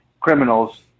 criminals